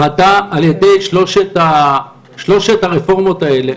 אתה, על ידי שלוש הרפורמות האלה,